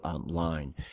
line